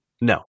No